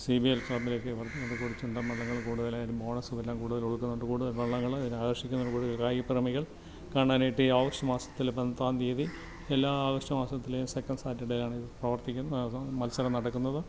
senior ക്ലബ്ബിലേക്ക് ചുണ്ടൻവള്ളങ്ങളും കൂടുതലായാലും ബോണസും എല്ലാം കൂടുതൽ കൊടുക്കുന്നതുകൊണ്ട് കൂടുതൽ വള്ളങ്ങൾ ആവശ്യത്തിൽ കൂടുതൽ കായിക പ്രേമികൾ കാണാനായിട്ട് ഈ ഓഗസ്റ്റ് മാസത്തിൽ പന്ത്രണ്ടാം തീയതി എല്ലാ ഓഗസ്റ്റ് മാസത്തിലെയും സെക്കൻഡ് സാറ്റർഡേ ആണ് ഇത് മത്സരം നടക്കുന്നത്